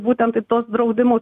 būtent į tuos draudimus